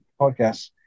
Podcasts